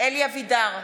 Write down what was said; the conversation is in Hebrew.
אלי אבידר,